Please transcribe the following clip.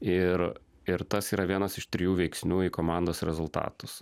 ir ir tas yra vienas iš trijų veiksnių į komandos rezultatus